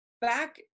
back